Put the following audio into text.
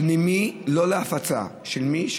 פנימי, לא להפצה, של מי?